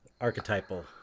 Archetypal